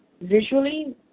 Visually